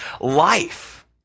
life